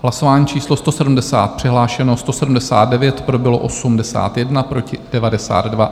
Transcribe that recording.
Hlasování číslo 170, přihlášeno 179, pro bylo 81, proti 92.